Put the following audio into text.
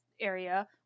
area